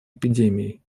эпидемии